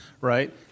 right